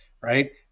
Right